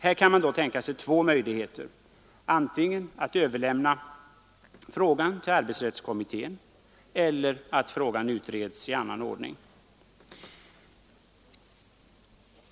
Här kan man då tänka sig två möjligheter, antingen att överlämna frågan till arbetsrättskommittén eller att utreda frågan i annan ordning.